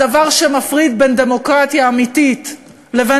הדבר שמפריד בין דמוקרטיה אמיתית לבין